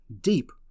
deep